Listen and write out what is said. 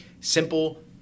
simple